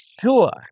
sure